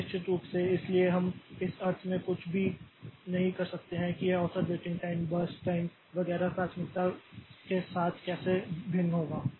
अब निश्चित रूप से इसलिए हम इस अर्थ में कुछ भी नहीं कह सकते हैं कि यह औसत वेटिंग टाइम बर्स्ट टाइम वगैरह प्राथमिकता के साथ कैसे भिन्न होगा